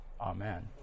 amen